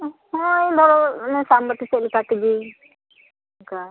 ᱦᱳᱭ ᱫᱷᱚᱨᱚ ᱥᱟᱢᱵᱟᱹᱴᱤ ᱥᱮᱫ ᱞᱮᱠᱟ ᱛᱮᱜᱮ ᱚᱱᱠᱟ